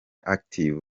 active